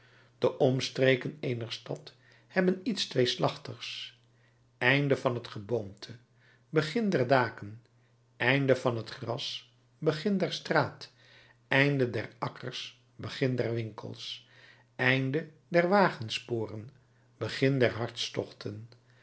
de omstreken eener stad hebben iets tweeslachtigs einde van het geboomte begin der daken einde van het gras begin der straat einde der akkers begin der winkels einde der wagensporen begin der hartstochten